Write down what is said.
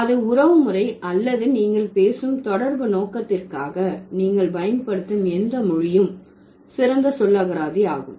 அது உறவுமுறை அல்லது நீங்கள் பேசும் தொடர்பு நோக்கத்திற்காக நீங்கள் பயன்படுத்தும் எந்த மொழியும் சிறந்த சொல்லகராதி ஆகும்